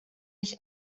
nicht